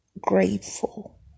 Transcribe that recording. grateful